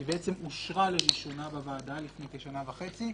היא אושרה לראשונה בוועדה לפני כשנה וחצי,